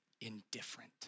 indifferent